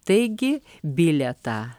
taigi bilietą